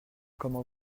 comment